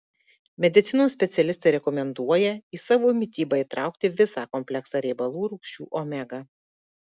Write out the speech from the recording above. medicinos specialistai rekomenduoja į savo mitybą įtraukti visą kompleksą riebalų rūgščių omega